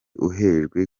uhejwe